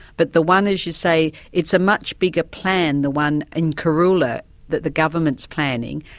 but the one as you say, it's a much bigger plan, the one in corula that the government's planning,